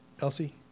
Elsie